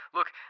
Look